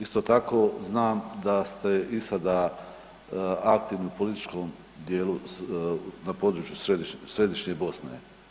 Isto tako znam da ste i sada aktivni u političkom dijelu na području središnje Bosne.